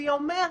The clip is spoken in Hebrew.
והיא אומרת: